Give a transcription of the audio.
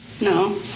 No